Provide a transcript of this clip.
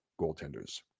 goaltenders